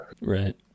right